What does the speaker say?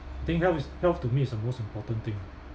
I think health is health to me is the most important thing ah